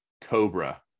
Cobra